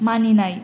मानिनाय